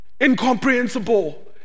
Incomprehensible